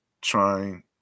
trying